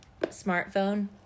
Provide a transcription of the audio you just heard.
smartphone